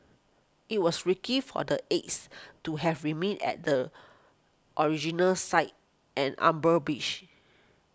it was risky for the eggs to have remained at the original site an on burn beach